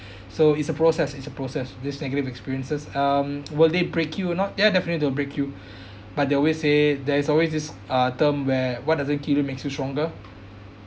so it's a process it's a process this negative experiences um will they break you or not ya definitely they'll break you but they always say there is always this uh term where what doesn't kill you makes you stronger